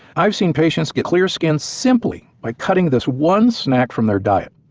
i've seen patients get clear skin simply by cutting this one snack from their diet.